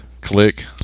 Click